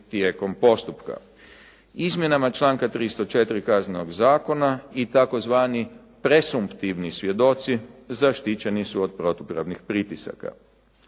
tijekom postupka. Izmjenama članka 304. Kaznenog zakona i tzv. presumptivni svjedoci zaštićeni su od protupravnih pritisaka.